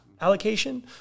allocation